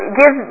give